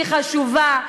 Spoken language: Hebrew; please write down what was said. היא חשובה.